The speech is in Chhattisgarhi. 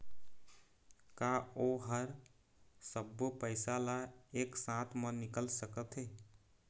का ओ हर सब्बो पैसा ला एक साथ म निकल सकथे?